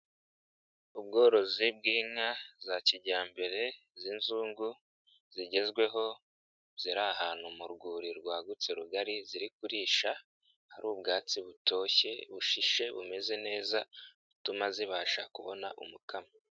Ubworozi bw'inka za kijyambere z'inzungu zigezweho, ziri ahantu mu rwuri rwagutse rugari ziri kurisha, hari ubwatsi butoshye bushishe bumeze neza butuma zibasha kubona umukamo.